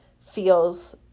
feels